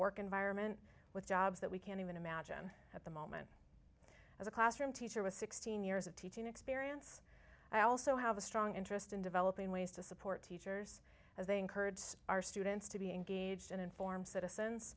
work environment with jobs that we can't even imagine at the moment as a classroom teacher with sixteen years of teaching experience i also have a strong interest in developing ways to support teachers as they encourage our students to be engaged and informed citizens